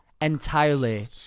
entirely